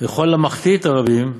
וכל המחטיא את הרבים,